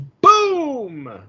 Boom